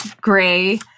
Gray